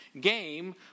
game